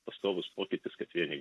pastovus pokytis kad vieni